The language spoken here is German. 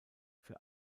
für